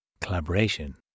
Collaboration